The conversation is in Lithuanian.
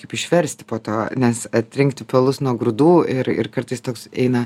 kaip išversti po to nes atrinkti pelus nuo grūdų ir ir kartais toks eina